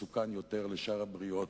מסוכן יותר לשאר הבריות,